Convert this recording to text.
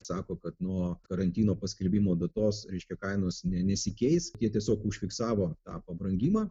sako kad nuo karantino paskelbimo datos reiškia kainos ne nesikeis jie tiesiog užfiksavo tą pabrangimą